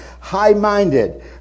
high-minded